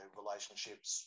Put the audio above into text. relationships